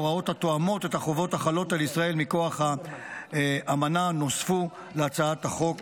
ההוראות התואמות את החובות החלות על ישראל מכוח האמנה נוספו להצעת החוק